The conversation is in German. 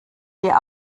dir